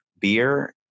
beer